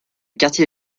quartier